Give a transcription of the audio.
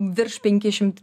virš penki šimt